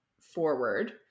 forward